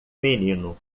menino